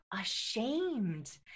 ashamed